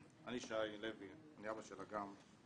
שמי שי לוי אבא של אגם.